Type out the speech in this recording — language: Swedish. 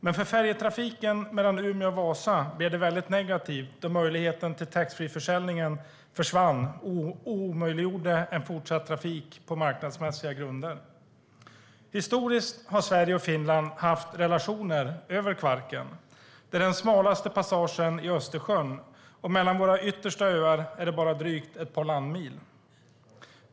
Men för färjetrafiken mellan Umeå och Vasa blev det väldigt negativt då möjligheten till taxfreeförsäljning försvann, vilket omöjliggjorde en fortsatt trafik på marknadsmässiga grunder. Historiskt sett har det funnits relationer mellan Sverige och Finland över Kvarken. Det är den smalaste passagen i Östersjön, och mellan våra yttersta öar är det bara drygt ett par landmil.